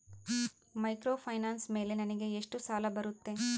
Microfinance ಮೇಲೆ ನನಗೆ ಎಷ್ಟು ಸಾಲ ಬರುತ್ತೆ?